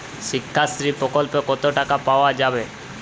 শিক্ষাশ্রী প্রকল্পে কতো টাকা পাওয়া যাবে?